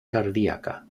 cardíaca